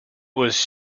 was